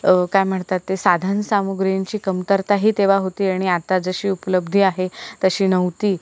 काय म्हणतात ते साधनसामग्रींची कमतरताही तेव्हा होती आणि आता जशी उपलब्धी आहे तशी नव्हती